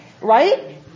right